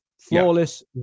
flawless